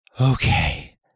Okay